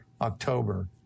October